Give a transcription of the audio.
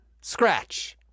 Scratch